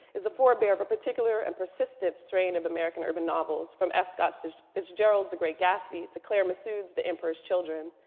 is the forebearer of a particular and persistent strain of american urban novels, from f. scott fitzgerald's the great gatsby to claire messud's the emperor's children.